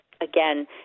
again